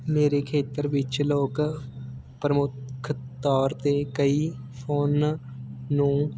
ਮੇਰੇ ਖੇਤਰ ਵਿੱਚ ਲੋਕ ਪ੍ਰਮੁੱਖ ਤੌਰ 'ਤੇ ਕਈ ਫੋਨ ਨੂੰ